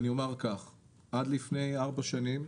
עד לפני ארבע שנים,